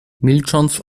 milcząc